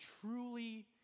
truly